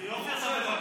איזה יופי אתה מבקש,